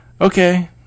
okay